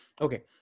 Okay